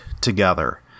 together